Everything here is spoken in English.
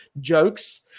jokes